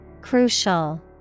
crucial